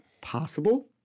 possible